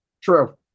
true